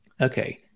Okay